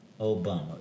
Obama